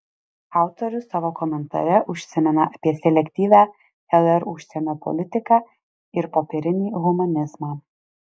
autorius savo komentare užsimena apie selektyvią lr užsienio politiką ir popierinį humanizmą